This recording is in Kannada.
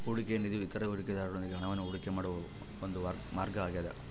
ಹೂಡಿಕೆಯ ನಿಧಿಯು ಇತರ ಹೂಡಿಕೆದಾರರೊಂದಿಗೆ ಹಣವನ್ನು ಹೂಡಿಕೆ ಮಾಡುವ ಒಂದು ಮಾರ್ಗ ಆಗ್ಯದ